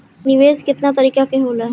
निवेस केतना तरीका के होला?